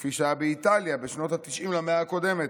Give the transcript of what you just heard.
כפי שהיה באיטליה בשנות התשעים למאה הקודמת.